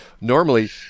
Normally